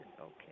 Okay